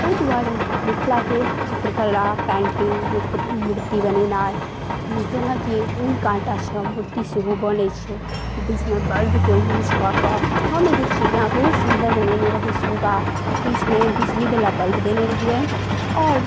ओइ दुआरे मिथिलाके चित्रकला पैन्टिंग मूर्ति बनेनाइ जेनाकि उँ काँटासँ मूर्ति सेहो बनय छै बीचमे बल्बके यूज कऽ कऽ हम एगो चिड़िया बहुत सुन्दर बनेने रही सुगा बीचमे बिजलीवला बल्ब देने रहियइ आओर